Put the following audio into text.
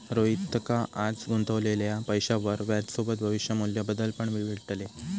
रोहितका आज गुंतवलेल्या पैशावर व्याजसोबत भविष्य मू्ल्य बदल पण मिळतले